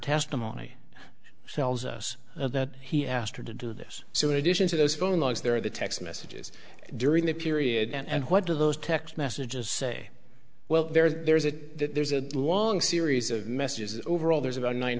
testimony sells us that he asked her to do this so in addition to those phone logs there are the text messages during that period and what do those text messages say well there's that there's a long series of messages overall there's about nine